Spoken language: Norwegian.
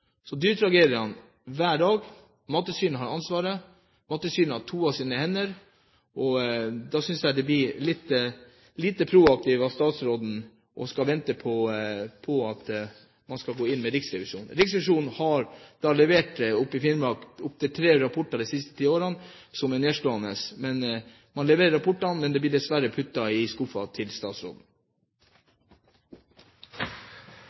så avmagret. Så det er dyretragedier hver dag. Mattilsynet har ansvaret, og Mattilsynet toer sine hender. Da synes jeg det blir litt lite proaktivt av statsråden å skulle vente på at man skal gå inn med Riksrevisjonen. Riksrevisjonen har levert opptil tre rapporter i Finnmark de siste ti årene, noe som er nedslående. Man leverer rapportene, men de blir dessverre puttet i skuffen til statsråden.